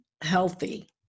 healthy